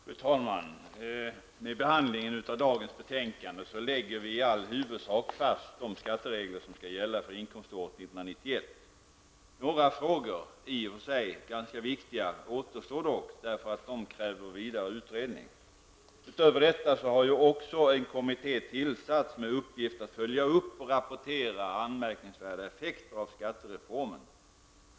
Fru talman! Med behandlingen av dagens betänkande lägger vi i all huvudsak fast de skatteregler som skall gälla för inkomståret 1991. Några frågor -- i och för sig ganska viktiga -- återstår dock därför att de kräver vidare utredning. Utöver detta har ju också en kommitté tillsatts med uppgift att följa upp och rapportera anmärkningsvärda effekter av skattereformen.